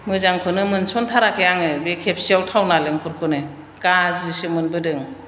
मोजांखौनो मोनसनथाराखै आङो बे खेबसेयाव थाव नालेंखरखौनो गाज्रिसो मोनबोदों